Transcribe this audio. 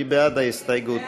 מי בעד ההסתייגות?